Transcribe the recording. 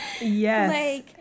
yes